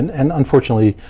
and unfortunately,